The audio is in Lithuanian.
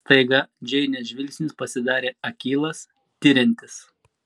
staiga džeinės žvilgsnis pasidarė akylas tiriantis